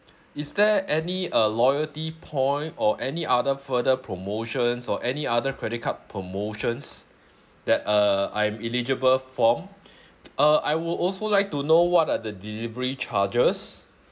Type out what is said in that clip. is there any uh loyalty point or any other further promotions or any other credit card promotions that uh I'm eligible for uh I would also like to know what are the delivery charges